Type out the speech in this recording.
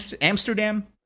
Amsterdam